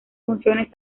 funciones